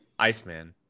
Iceman